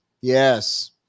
Yes